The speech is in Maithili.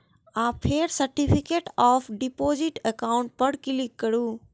आ फेर सर्टिफिकेट ऑफ डिपोजिट एकाउंट पर क्लिक करू